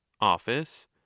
office